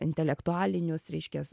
intelektualinius reiškias